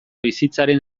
bizitzaren